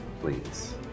Please